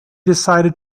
decided